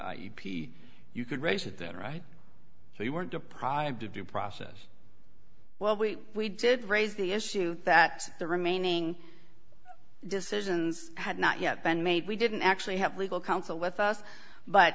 you could raise it then right so you weren't deprived of due process well we we did raise the issue that the remaining decisions had not yet been made we didn't actually have legal counsel with us but